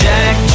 Jack